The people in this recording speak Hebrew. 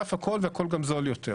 מזויף הכל והכל גם זול יותר.